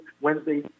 Wednesday